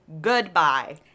Goodbye